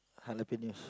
Jalepenos